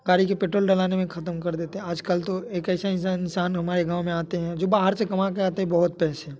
गाड़ी के पेट्रोल डलाने में ख़त्म कर देते हैं आज कल तो एक ऐसे ऐसे इंसान हमारे गाँव में आते हैं जो बाहर से कमा के आते हैं बहुत पैसे